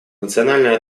национальная